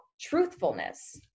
truthfulness